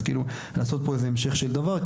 אז לעשות פה איזה המשך של דבר,